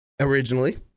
originally